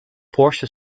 porsche